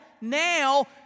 now